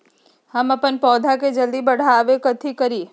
हम अपन पौधा के जल्दी बाढ़आवेला कथि करिए?